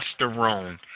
testosterone